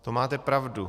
To máte pravdu.